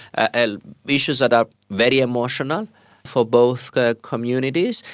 ah issues that are very emotional for both ah communities,